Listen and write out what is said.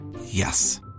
Yes